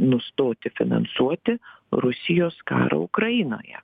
nustoti finansuoti rusijos karą ukrainoje